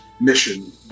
mission